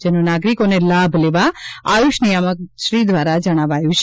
જેનો નાગરિકોને લાભ લેવા આયુષ નિયામકશ્રી દ્વારા જણાવાયું છે